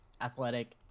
athletic